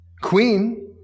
Queen